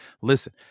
Listen